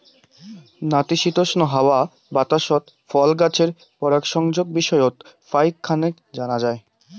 নাতিশীতোষ্ণ হাওয়া বাতাসত ফল গছের পরাগসংযোগ বিষয়ত ফাইক খানেক জানা যায়